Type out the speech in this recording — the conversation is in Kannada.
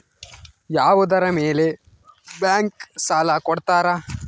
ಯಾವುದರ ಮೇಲೆ ಬ್ಯಾಂಕ್ ಸಾಲ ಕೊಡ್ತಾರ?